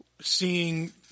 seeing